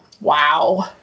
Wow